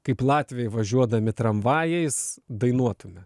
kaip latvijoj važiuodami tramvajais dainuotume